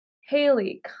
Haley